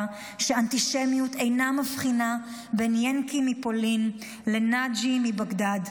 שאנטישמיות אינה מבחינה בין יענקי מפולין לנאג'י מבגדד.